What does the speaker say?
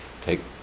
take